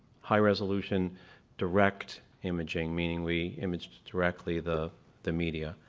high resolution direct imaging, meaning we image directly the the media.